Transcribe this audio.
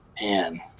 Man